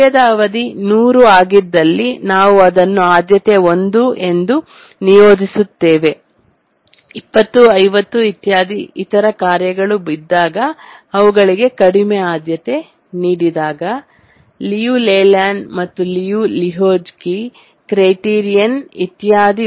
ಕಾರ್ಯದ ಅವಧಿ 100 ಆಗಿದ್ದಲ್ಲಿ ನಾವು ಅದನ್ನು ಆದ್ಯತೆ 1 ಎಂದು ನಿಯೋಜಿಸುತ್ತೇವೆ 20 50 ಇತ್ಯಾದಿ ಇತರ ಕಾರ್ಯಗಳು ಇದ್ದಾಗ ಅವುಗಳಿಗೆ ಕಡಿಮೆ ಆದ್ಯತೆ ನೀಡಿದಾಗ ಲಿಯು ಲೇಲ್ಯಾಂಡ್ ಮತ್ತು ಲಿಯು ಲೆಹೋಜ್ಕಿ ಕ್ರೈಟೀರಿಯನ್ ಇತ್ಯಾದಿ